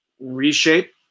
reshape